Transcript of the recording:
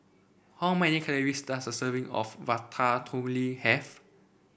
how many calories does a serving of Ratatouille have